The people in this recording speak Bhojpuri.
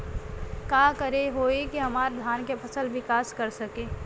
का करे होई की हमार धान के फसल विकास कर सके?